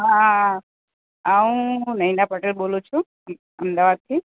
હાં હું નયના પટેલ બોલું છું અમદાવાદથી